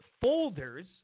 folders